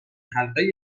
حلقه